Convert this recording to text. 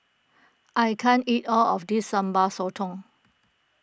I can't eat all of this Sambal Sotong